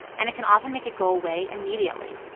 and it can often make it go away immediately.